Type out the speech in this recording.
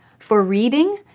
for reading,